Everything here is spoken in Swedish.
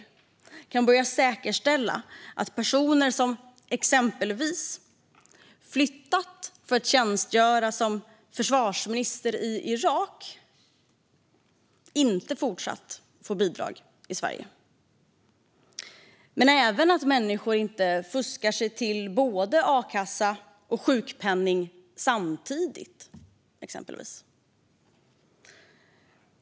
Man kan börja säkerställa att en person som exempelvis flyttat för att tjänstgöra som försvarsminister i Irak inte fortsatt får bidrag i Sverige men även att människor exempelvis inte fuskar sig till både a-kassa och sjukpenning samtidigt.